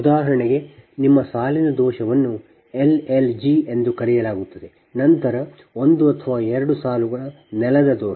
ಉದಾಹರಣೆಗೆ ನಿಮ್ಮ ಸಾಲಿನ ದೋಷವನ್ನು L L G ಎಂದು ಕರೆಯಲಾಗುತ್ತದೆ ನಂತರ ಒಂದು ಅಥವಾ ಎರಡು ಸಾಲುಗಳ ನೆಲದ ದೋಷ